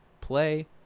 Play